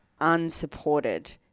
unsupported